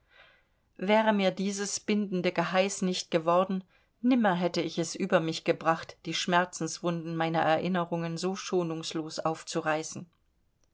wäre mir dieses bindende geheiß nicht geworden nimmer hätte ich es über mich gebracht die schmerzenswunden meiner erinnerungen so schonungslos aufzureißen